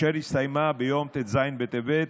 והיא הסתיימה בט"ז בטבת,